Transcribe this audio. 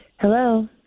Hello